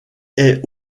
est